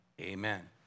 Amen